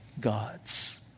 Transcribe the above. God's